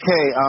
Okay